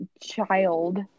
child